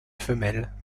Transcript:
femelle